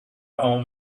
own